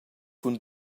cun